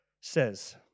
says